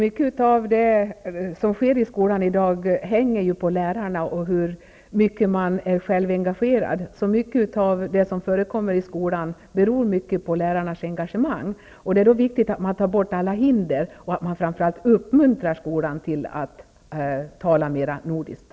Fru talman! Mycket av det som sker i skolan i dag är beroende av lärarnas engagemang. Det är därför viktigt att alla hinder tas bort och att skolan uppmuntras att tala mer om Norden.